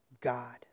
God